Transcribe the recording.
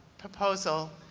proposal,